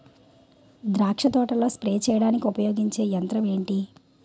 ద్రాక్ష తోటలో స్ప్రే చేయడానికి ఉపయోగించే యంత్రం ఎంటి?